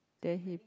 then he